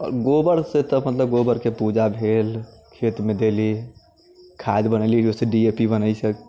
आओर गोबरसँ तऽ मतलब गोबरके पूजा भेल खेतमे देली खाद बनेली ओइसँ डी ए पी बनै छै